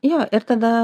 jo ir tada